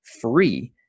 free